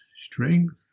strength